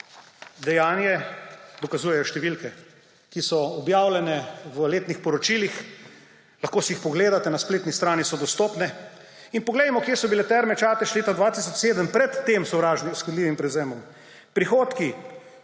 dejanje, dokazujejo številke, ki so objavljene v letnih poročilih. Lahko si jih pogledate, na spletni strani so dostopne. In poglejmo, kje so bile Terme Čatež leta 2007 pred tem škodljivim prevzemom. Prihodki: